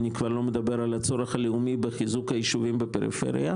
אני כבר לא מדבר על הצורך הלאומי בחיזוק היישובים בפריפריה,